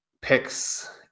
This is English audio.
picks